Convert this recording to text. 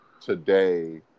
today